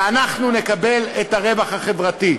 ואנחנו נקבל את הרווח החברתי.